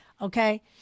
Okay